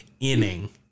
inning